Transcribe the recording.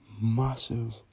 massive